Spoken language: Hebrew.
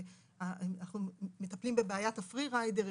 שאנחנו מטפלים בבעיית ה-Free riders,